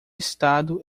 estado